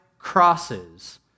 Crosses